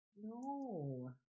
No